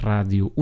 Rádio